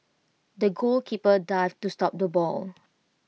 the goalkeeper dived to stop the ball